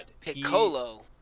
Piccolo